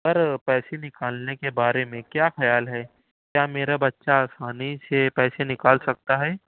سر پیسے نکالنے کے بارے میں کیا خیال ہے کیا میرا بچہ آسانی سے پیسے نکال سکتا ہے